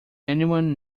anyone